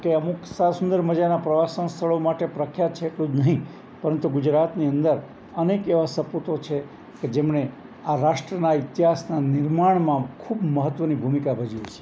કે અમુક સુંદર મજાના પ્રવાસન સ્થળો માટે પ્રખ્યાત છે એટલું જ નહીં પરંતુ ગુજરાતની અંદર અનેક એવા સપૂતો છે કે જેમણે આ રાષ્ટ્રના ઇતિહાસનાં નિર્માણમાં ખૂબ મહત્ત્વની ભૂમિકા ભજવી છે